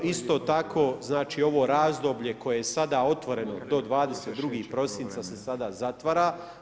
Isto tako znači, ovo razdoblje koje je sada otvoreno do 22. prosinca se sada zatvara.